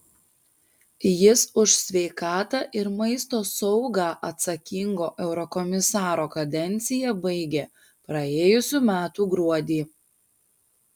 jis už sveikatą ir maisto saugą atsakingo eurokomisaro kadenciją baigė praėjusių metų gruodį